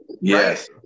Yes